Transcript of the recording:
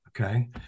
Okay